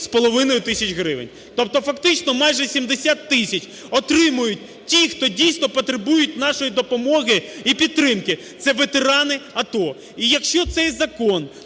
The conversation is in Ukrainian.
– це 6,5 тисяч гривень. Тобто фактично майже 70 тисяч отримують ті, хто дійсно потребують нашої допомоги і підтримки, – це ветерани АТО. І якщо цей закон